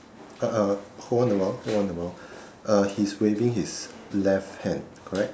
uh hold on a while hold on a while uh he's waving his left hand correct